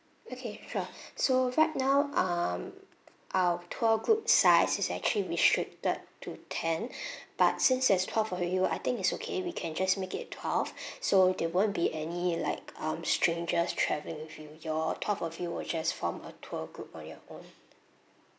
okay sure so right now um our tour group size is actually restricted to ten but since there's twelve of you I think it's okay we can just make it twelve so there won't be any like um strangers traveling with you your twelve of you will just form a tour group on your own